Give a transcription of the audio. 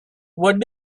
what